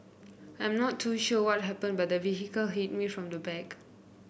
I am not too sure happened but the vehicle hit me from the back